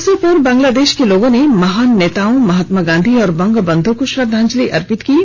इस अवसर पर बांग्लातदेश के लोगों ने महान नेताओं महात्मा गांधी और बंगबंध को श्रद्वांजलि अर्पित की है